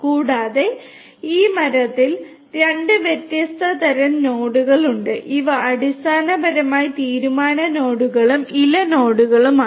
കൂടാതെ ഈ മരത്തിൽ രണ്ട് വ്യത്യസ്ത തരം നോഡുകൾ ഉണ്ട് ഇവ അടിസ്ഥാനപരമായി തീരുമാന നോഡുകളും ഇല നോഡുകളുമാണ്